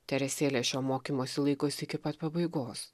teresėlė šio mokymosi laikosi iki pat pabaigos